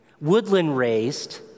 woodland-raised